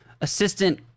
assistant